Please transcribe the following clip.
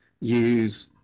use